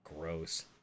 Gross